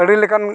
ᱟᱹᱰᱤ ᱞᱮᱠᱟᱱ